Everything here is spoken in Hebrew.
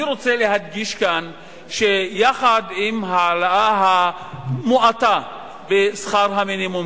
אני רוצה להדגיש כאן שיחד עם ההעלאה המועטה בשכר המינימום,